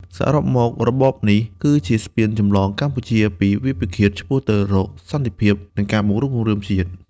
សរុបមក របបនេះគឺជាស្ពានចម្លងកម្ពុជាពីវាលពិឃាត ឆ្ពោះទៅរកសន្តិភាព និងការបង្រួបបង្រួមជាតិ។